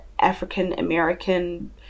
african-american